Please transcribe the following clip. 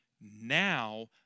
now